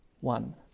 one